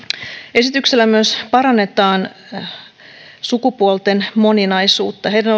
esityksellä myös parannetaan sukupuolten moninaisuutta heidän